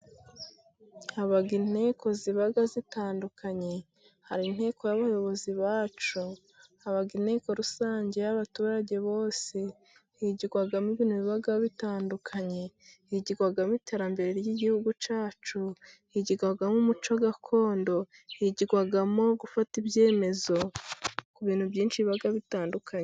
Haba inteko ziba zitandukanye， hari inteko y'abayobozi bacu，haba inteko rusange y'abaturage bose，higirwamo ibintu biba bitandukanye， higirwamo iterambere ry'igihugu cyacu， higirwamo umuco gakondo， higirwamo gufata ibyemezo，ku bintu byinshi biba bitandukanye.